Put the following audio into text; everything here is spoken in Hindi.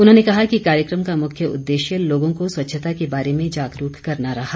उन्होंने कहा कि कार्यक्रम का मुख्य उद्देश्य लोगों को स्वच्छता के बारे में जागरूक करना रहा